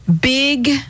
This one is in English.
big